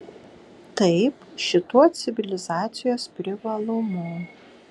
taip šituo civilizacijos privalumu